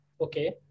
Okay